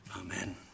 Amen